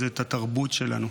התרבות שלנו,